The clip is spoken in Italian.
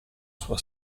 sua